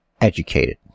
Educated